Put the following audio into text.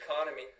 economy